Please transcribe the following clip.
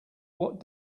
what